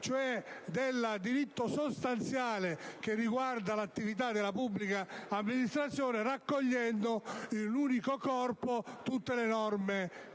cioè di diritto sostanziale, dell'attività della pubblica amministrazione raccogliendo in un unico corpo tutte le norme